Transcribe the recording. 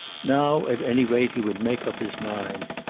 now at any rate he would make up his mind.